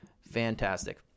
fantastic